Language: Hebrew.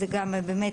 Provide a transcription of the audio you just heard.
זה גם באמת,